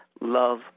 love